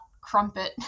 crumpet